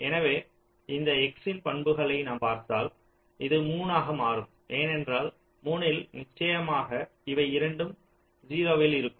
எனவே இந்த x இன் பண்புகளை நாம் பார்த்தால் இது 3 ஆக மாறும் ஏனென்றால் 3 இல் நிச்சயமாக இவை இரண்டும் 0 இல் இருக்கும்